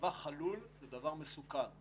צבא חלול זה דבר מסוכן.